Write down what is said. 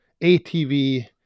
atv